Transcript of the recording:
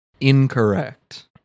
incorrect